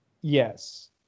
Yes